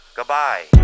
goodbye